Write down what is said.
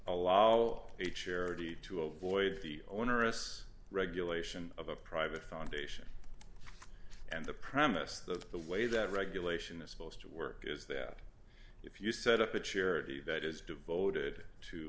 law a charity to avoid the onerous regulation of a private foundation and the premise of the way that regulation is supposed to work is that if you set up a charity that is devoted to